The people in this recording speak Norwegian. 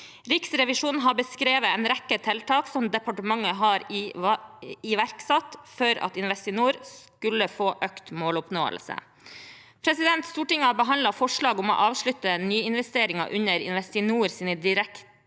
Riksrevisjonen har beskrevet en rekke tiltak som departementet har iverksatt for at Investinor skulle få økt måloppnåelse. Stortinget har behandlet forslag om å avslutte nyinvesteringer under Investinors